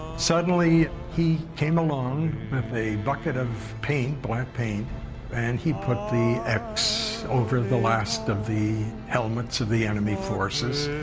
suddenly he came along with a bucket of black paint and he put the x over the last of the helmets of the enemy forces.